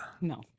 No